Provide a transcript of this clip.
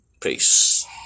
Peace